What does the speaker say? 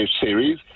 series